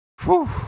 Whew